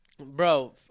Bro